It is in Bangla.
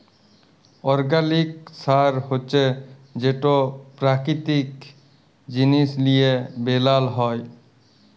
অর্গ্যালিক সার হছে যেট পেরাকিতিক জিনিস লিঁয়ে বেলাল হ্যয়